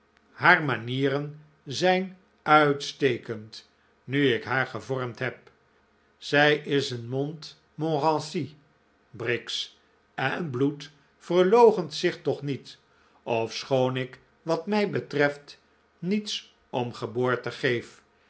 haar manieren zijn uitstekend nu ik haar gevormd heb zij is een montmorency briggs en bloed verloochent zich toch niet ofschoon ik wat mij betreft niets om geboorte geef